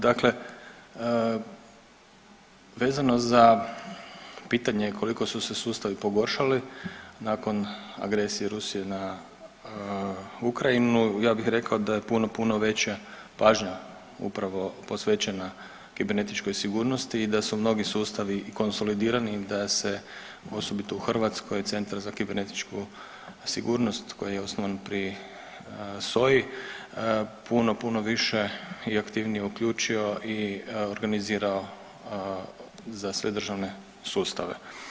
Dakle, vezano za pitanje koliko su se sustavi pogoršali nakon agresije Rusije na Ukrajinu, ja bih rekao da je puno, puno veća pažnja upravo posvećena kibernetičkoj sigurnosti i da su mnogi sustavi i konsolidirani da se osobito u Hrvatskoj Centar za kibernetičku sigurnost koji je osnovan pri SOA-i puno, puno više i aktivnije uključio i organizirao za sve državne sustave.